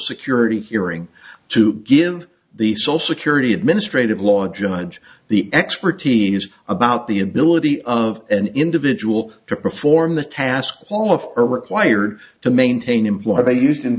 security hearing to give the soul security administrative law judge the expertise about the ability of an individual to perform the task all of are required to maintain employer they used in